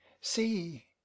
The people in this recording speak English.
see